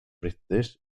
british